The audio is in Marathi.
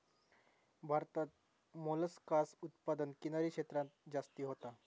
भारतात मोलस्कास उत्पादन किनारी क्षेत्रांत जास्ती होता